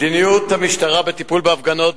מדיניות המשטרה בטיפול בהפגנות,